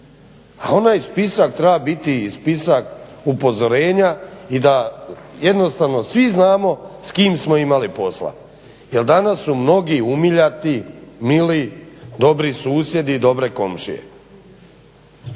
a onaj spisak treba biti spisak upozorenja i da jednostavno svi znamo s kim smo imali posla. Jel danas su mnogi umiljati, mili, dobri susjedi i dobre komšije.